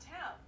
town